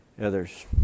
others